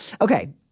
Okay